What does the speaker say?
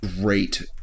great